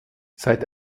seit